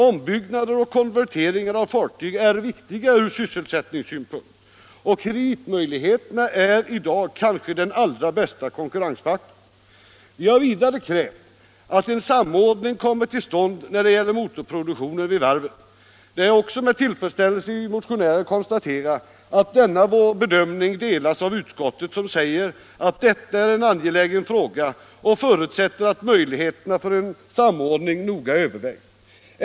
Ombyggnader och konverteringar av fartyg är viktiga ur sysselsättningssynpunkt, och kreditmöjligheterna är i dag kanske den allra bästa konkurrensfaktorn. Vi har vidare krävt att en samordning skall komma till stånd när det gäller motorproduktionen vid varven. Det är med tillfredsställelse vi motionärer konstaterar att också denna vår bedömning delas av utskottet, som säger att detta är en angelägen fråga och förutsätter att möjligheterna för en samordning noga övervägs.